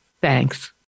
Thanks